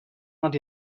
nad